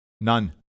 none